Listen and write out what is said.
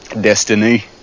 destiny